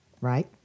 right